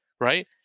right